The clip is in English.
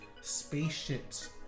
spaceships